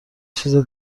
چیزه